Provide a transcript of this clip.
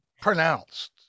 pronounced